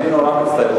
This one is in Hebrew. אני נורא מצטער.